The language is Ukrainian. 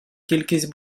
кількість